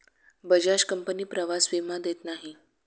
Bajaj company प्रवास विमा देत नाही